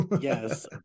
Yes